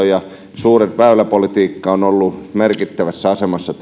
ja suuri väyläpolitiikka ovat olleet merkittävässä asemassa